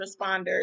responders